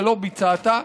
שלא ביצעת,